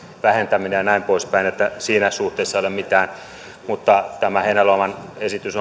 vähentäminen ja näin pois päin että siinä suhteessa ei ole mitään tämä heinäluoman esitys